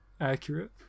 accurate